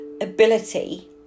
ability